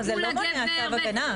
זה לא מונע צו הגנה.